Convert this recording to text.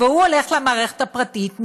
והוא הולך למערכת הפרטית,